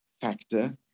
factor